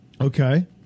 Okay